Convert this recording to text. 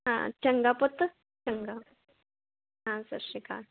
ਹਾਂ ਚੰਗਾ ਪੁੱਤ ਚੰਗਾ ਹਾਂ ਸਤਿ ਸ਼੍ਰੀ ਅਕਾਲ